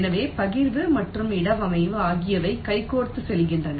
எனவே பகிர்வு மற்றும் இடவமைவு ஆகியவை கைகோர்த்து செல்கின்றன